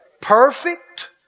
Perfect